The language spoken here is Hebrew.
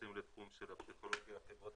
ופה אנחנו נכנסים לתחום של הפסיכולוגיה החברתית.